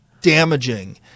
damaging